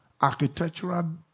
architectural